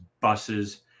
buses